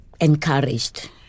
encouraged